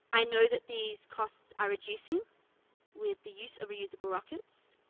i know that these costs are reducing with the use of reusable rockets,